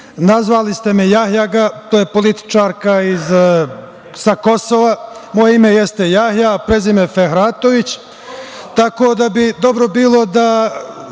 nazvali ste me Jahjaga, to je političarka sa Kosova, a moje ime jeste Jahja, a prezime Fehratović, tako da bi bilo dobro